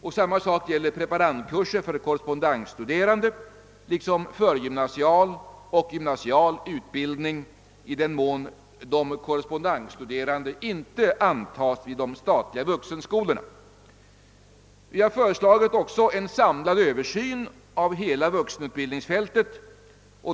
och samma sak gäller preparandkurser för korrespondensstuderande, liksom förgymnasial och gymnasial utbildning i den mån de korrespondensstuderande inte antas vid de statliga vuxenskolorna. Vi har också föreslagit en samlad översyn av hela vuxenutbildningsfältet.